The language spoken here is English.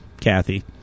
Kathy